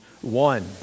one